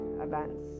events